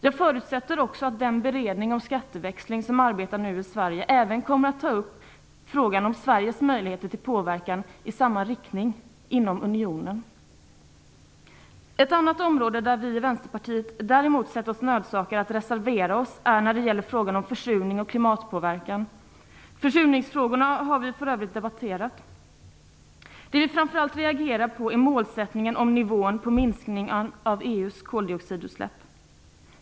Jag förutsätter också att den beredning om skatteväxling som nu arbetar i Sverige även kommer att ta upp Sveriges möjligheter till påverkan i samma riktning inom unionen. Ett område där vi i Vänsterpartiet däremot sett oss nödsakade att reservera oss är försurning och klimatpåverkan. Försurningsfrågorna har vi för övrigt debatterat. Det vi framför allt reagerar på är målsättningen för nivån på minskningen av EU:s koldioxidutsläpp.